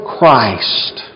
Christ